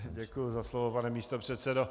Děkuji za slovo, pane místopředsedo.